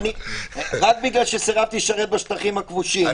רק בגלל שסירבתי לשרת בשטחים הכבושים,